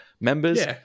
members